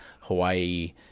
Hawaii